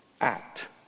act